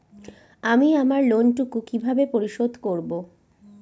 আমি আমার লোন টুকু কিভাবে পরিশোধ করব?